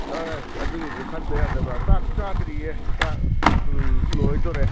ꯑꯩꯁ ꯑꯗꯨꯒꯤꯁꯨ ꯈꯟꯗ ꯌꯥꯗꯕ ꯆꯥꯛ ꯆꯥꯗ꯭ꯔꯤꯌꯦ ꯆꯥꯛ ꯂꯣꯏꯗꯣꯔꯦ